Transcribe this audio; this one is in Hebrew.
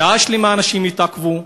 שעה שלמה אנשים התעכבו.